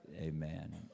Amen